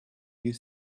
you